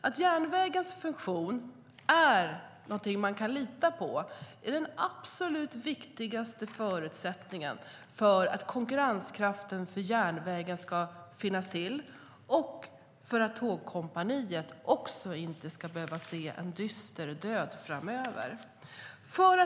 Att järnvägens funktion är någonting som man kan lita på är den absolut viktigaste förutsättningen för att konkurrenskraften för järnvägen ska kunna bibehållas och för att Tågkompaniet inte ska behöva se en dyster död framför sig.